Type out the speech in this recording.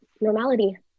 normality